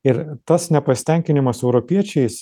ir tas nepasitenkinimas europiečiais